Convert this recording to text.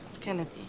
Kennedy